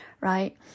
right